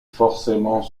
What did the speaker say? forcément